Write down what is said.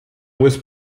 was